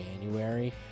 January –